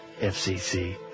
FCC